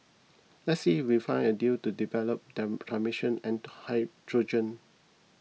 let's see if we find a deal to develop transmissions and hydrogen